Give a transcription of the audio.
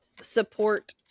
support